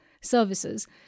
services